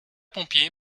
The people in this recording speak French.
pompier